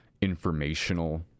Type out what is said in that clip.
informational